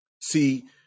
See